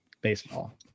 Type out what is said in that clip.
Baseball